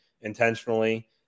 intentionally